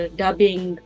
dubbing